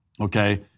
okay